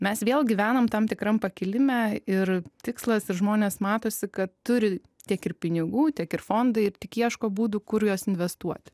mes vėl gyvenam tam tikram pakilime ir tikslas ir žmonės matosi kad turi tiek ir pinigų tiek ir fondai tik ieško būdų kur juos investuoti